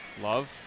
Love